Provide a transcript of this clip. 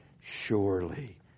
surely